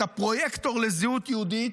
הפרויקטור לזהות יהודית,